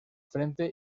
frente